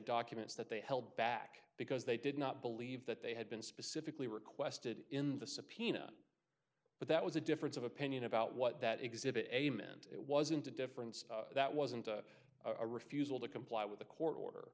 documents that they held back because they did not believe that they had been specifically requested in the subpoena but that was a difference of opinion about what that exhibit a meant it wasn't a difference that wasn't a refusal to comply with a court order